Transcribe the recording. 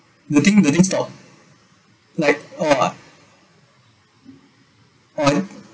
the thing the thing stopped like uh how ah or